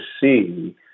see